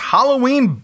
Halloween